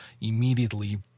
immediately